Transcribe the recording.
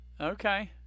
Okay